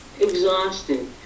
exhausted